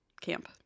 camp